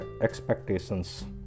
expectations